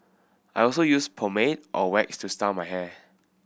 I also use pomade or wax to style my hair